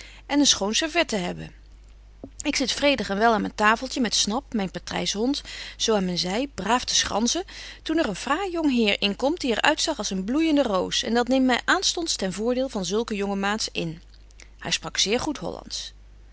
en een schoon servet te hebben ik zit vredig en wel aan myn tafeltje met snap myn patryshond zo aan myn zy braaf te schranssen toen er een fraai jong heer inkomt die er uitzag als een bloeijende roos en dat neemt my aanstonds ten voordeel van zulke jonge maats in hy sprak zeer goed hollandsch